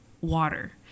Water